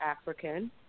African